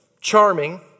charming